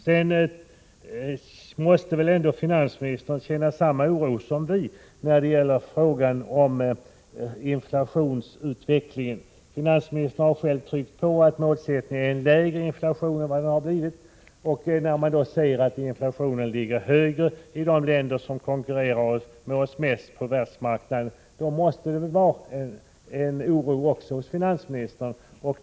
Sedan måste väl ändå finansministern känna samma oro som vi när det gäller inflationsutvecklingen. Finansministern har själv tryckt på att målsättningen är att hålla inflationen lägre än den har blivit. När man sedan säger att inflationen ligger högre i de länder som konkurrerar mest med oss på världsmarknaden tyder det på att också finansministern hyser oro.